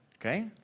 Okay